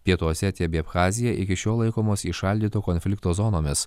pietų osetija bei abchazija iki šiol laikomos įšaldyto konflikto zonomis